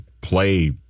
play